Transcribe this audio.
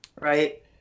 right